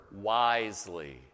wisely